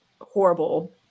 horrible